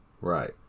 right